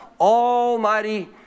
almighty